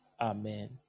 Amen